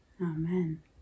Amen